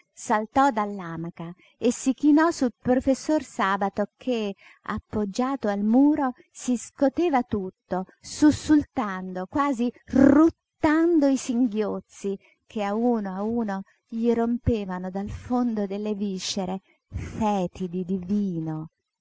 saltò dall'amaca e si chinò sul professor sabato che appoggiato al muro si scoteva tutto sussultando quasi ruttando i singhiozzi che a uno a uno gli rompevano dal fondo delle viscere fetidi di vino